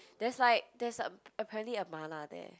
there's like there's a apparently a mala there